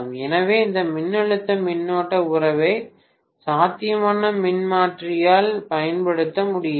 எனவே இந்த மின்னழுத்த மின்னோட்ட உறவை சாத்தியமான மின்மாற்றியில் பயன்படுத்த முடியாது